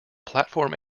platform